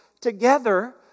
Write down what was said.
together